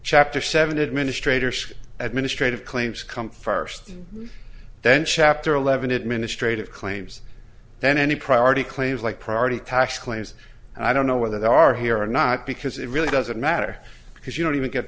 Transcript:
chapter seven administratorship administrative claims come first then chapter eleven administrative claims then any priority claims like priority cash claims and i don't know whether they are here or not because it really doesn't matter because you don't even get